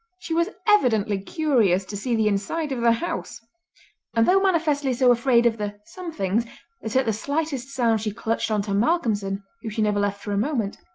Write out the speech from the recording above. she was evidently curious to see the inside of the house and though manifestly so afraid of the somethings that at the slightest sound she clutched on to malcolmson, whom she never left for a moment,